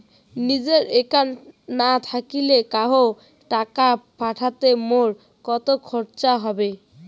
নিজের একাউন্ট না থাকিলে কাহকো টাকা পাঠাইতে মোর কতো খরচা হবে?